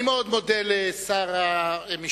אני מאוד מודה לשר המשפטים,